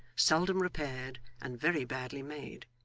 seldom repaired, and very badly made.